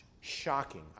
Shocking